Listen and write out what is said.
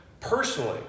Personally